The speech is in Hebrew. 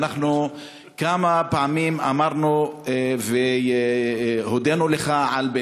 ואנחנו כמה פעמים אמרנו והודינו לך על,